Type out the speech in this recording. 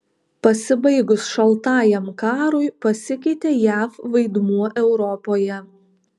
pasibaigus šaltajam karui pasikeitė jav vaidmuo europoje